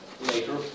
later